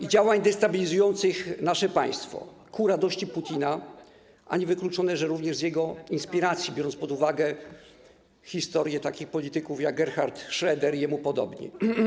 i działań destabilizujących nasze państwo, ku radości Putina, a niewykluczone, że również z jego inspiracji, biorąc pod uwagę historię takich polityków jak Gerhard Schröder i jemu podobni.